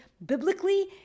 biblically